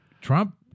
Trump